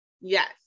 Yes